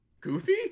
Goofy